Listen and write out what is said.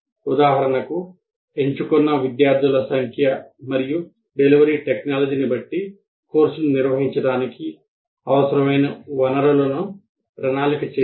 ఉదాహరణకు ఎంచుకున్న విద్యార్థుల సంఖ్య మరియు డెలివరీ టెక్నాలజీని బట్టి కోర్సును నిర్వహించడానికి అవసరమైన వనరులను ప్రణాళిక చేయాలి